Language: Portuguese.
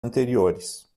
anteriores